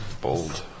Bold